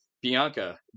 Bianca